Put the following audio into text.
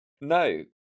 No